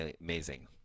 amazing